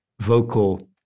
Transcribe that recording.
vocal